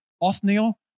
Othniel